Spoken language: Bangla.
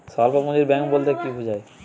স্বল্প পুঁজির ব্যাঙ্ক বলতে কি বোঝায়?